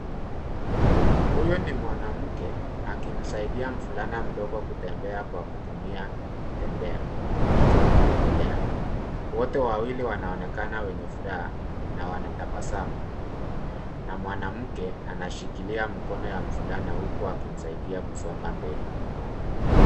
Huyu ni mwanamke akimsaidia mvulana mdogo kutembea kwa kutumia kitembea cha kutembelea, wote wawili wanaonekana wenye furaha na wanatabasamu na mwanamke anashikilia mkono ya mvulana huku akimsaidia kusonga mbele.